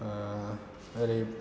ओरै